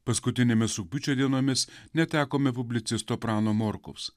paskutinėmis rugpjūčio dienomis netekome publicisto prano morkaus